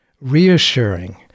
Reassuring